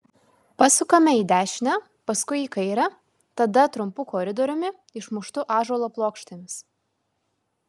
pasukame į dešinę paskui į kairę tada trumpu koridoriumi išmuštu ąžuolo plokštėmis